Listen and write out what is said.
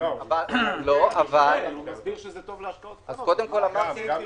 גם לקטנות.